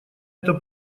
это